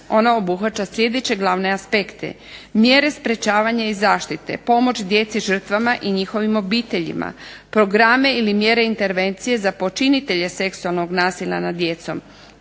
Ona obuhvaća sljedeće glavne aspekte: mjere sprečavanja i zaštite, pomoć djeci žrtvama i njihovim obiteljima, programe ili mjere intervencije za počinitelje seksualnog nasilja nad djecom.